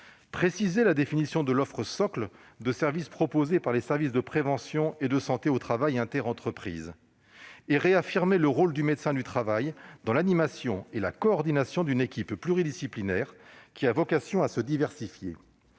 précisé la définition de l'offre socle de services proposée par les services de prévention et de santé au travail interentreprises, les SPSTI ; elle a réaffirmé le rôle du médecin du travail dans l'animation et la coordination d'une équipe pluridisciplinaire, qui a vocation à se diversifier